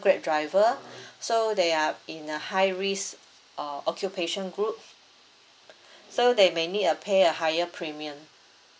Grab driver so they are in a high risk uh occupation group so they may need a pay a higher premium